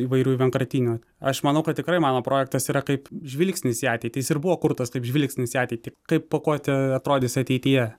įvairių ir vienkartinių aš manau kad tikrai mano projektas yra kaip žvilgsnis į ateitį jis ir buvo kurtas kaip žvilgsnis į ateitį kaip pakuotė atrodys ateityje